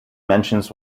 mentions